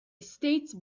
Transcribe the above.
state